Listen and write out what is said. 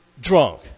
Drunk